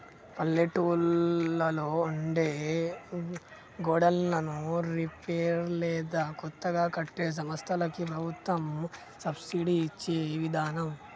పల్లెటూళ్లలో ఉండే గోడన్లను రిపేర్ లేదా కొత్తగా కట్టే సంస్థలకి ప్రభుత్వం సబ్సిడి ఇచ్చే విదానం